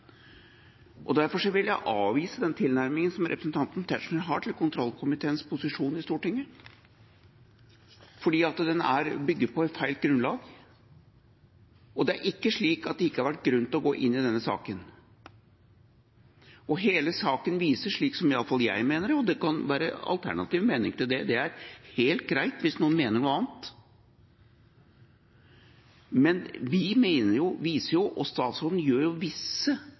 Derfor vil jeg avvise den tilnærmingen som representanten Tetzschner har til kontrollkomiteens posisjon i Stortinget; den er bygd på feil grunnlag. Det er ikke slik at det ikke har vært grunn til å gå inn i denne saken. Hele saken viser det – og iallfall mener jeg det, det kan være alternative meninger til det, og det er helt greit hvis noen mener noe annet – men statsråden gjør jo